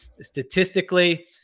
statistically